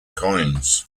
coins